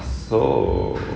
ah so